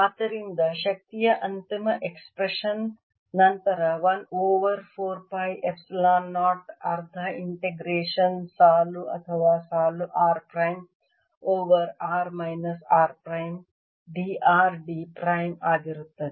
ಆದ್ದರಿಂದ ಶಕ್ತಿಯ ಅಂತಿಮ ಎಕ್ಸ್ಪ್ರೆಶನ್ ನಂತರ 1 ಓವರ್ 4 ಪೈ ಎಪ್ಸಿಲಾನ್ 0 ಅರ್ಧ ಇಂತೆಗ್ರೇಶನ್ ಸಾಲು ಅಥವಾ ಸಾಲು r prime over r minus r prime d r d prime ಆಗಿರುತ್ತದೆ